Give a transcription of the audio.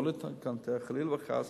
חלילה וחס,